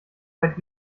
nicht